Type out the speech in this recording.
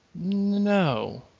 no